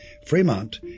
Fremont